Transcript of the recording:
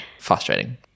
frustrating